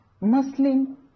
Muslim